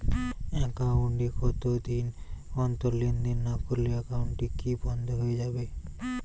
Account এ কতদিন অন্তর লেনদেন না করলে একাউন্টটি কি বন্ধ হয়ে যাবে?